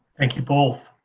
thank you, both.